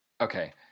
Okay